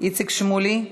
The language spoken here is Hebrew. איציק שמולי.